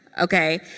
Okay